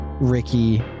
ricky